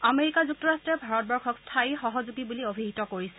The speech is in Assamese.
আমেৰিকা যুক্তৰাষ্টই ভাৰতবৰ্ষক স্থায়ী সহযোগী বুলি অভিহিত কৰিছে